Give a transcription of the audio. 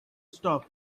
stop